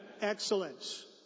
excellence